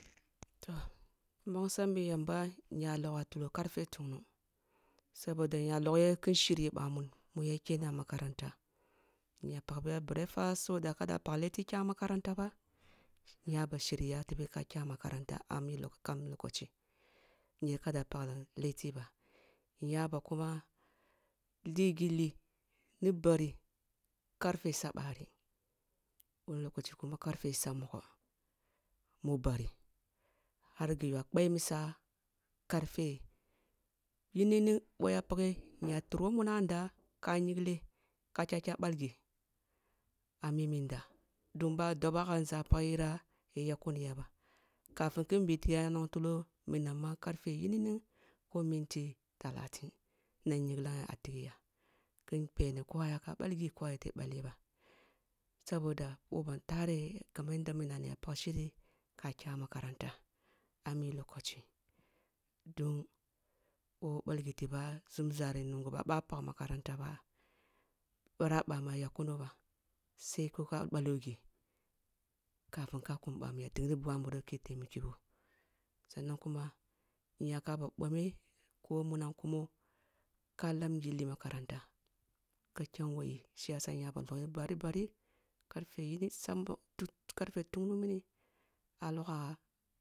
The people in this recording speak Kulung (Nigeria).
Toh mbongsambi yamba i na logh tulo karfe tungnub sabode inya loghe kin shiryi bamun muye kena makaranta nnya pak bbiya breaskfast so thatkada pakk letti kya makaranta ba inya ba shiryi ya tebeh ka kya makarana a mi kam lokaci nyar ka da pak letti ba, nyaba kuma li gili ni bari karfe sa mogoh mu bari har guy u kpemisa karfe yininin boh ya ka nyigteh ka kya kya balgi a mimi nda don bwa doboh a nza pagh hira ya yak kuniya ba kafun kun biticiya ka nong tudo minam ma karfe yininin who minti takrin na nyinglam a tigiya kin peni ko aya balgi ko ayete baleh ba, sabida boh bantare kaman yanda mu nani npak shiri ka kya makar anta a mi lokaci don boh balgiti ba nzumzah ri nungu ba boh a pagh makaranta ba birah bamu ya yak kuno bas ai ko ka balyo gi kafi ki kum bamu ya tingni bugi a muro ki tsimakiyo sannan kuma inyakaba bomeh ku who munam kumo ka lam gu makaranta kka kyan who yi shi tasa inya loghe bari bari, karfe yining, sam mogho karfe tungning mini ah loghaga.